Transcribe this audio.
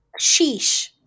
sheesh